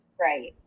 Right